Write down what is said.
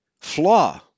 flaw